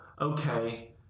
okay